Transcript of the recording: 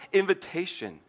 invitation